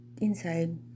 inside